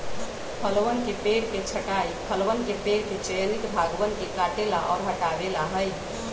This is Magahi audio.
फलवन के पेड़ के छंटाई फलवन के पेड़ के चयनित भागवन के काटे ला और हटावे ला हई